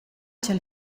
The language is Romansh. ch’el